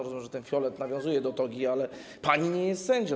Rozumiem, że ten fiolet nawiązuje do togi, ale pani nie jest sędzią.